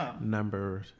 number